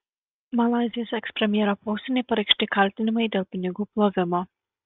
malaizijos ekspremjero posūniui pareikšti kaltinimai dėl pinigų plovimo